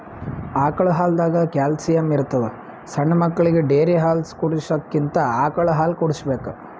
ಆಕಳ್ ಹಾಲ್ದಾಗ್ ಕ್ಯಾಲ್ಸಿಯಂ ಇರ್ತದ್ ಸಣ್ಣ್ ಮಕ್ಕಳಿಗ ಡೇರಿ ಹಾಲ್ ಕುಡ್ಸಕ್ಕಿಂತ ಆಕಳ್ ಹಾಲ್ ಕುಡ್ಸ್ಬೇಕ್